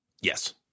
Yes